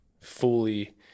fully